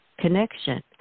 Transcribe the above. Connection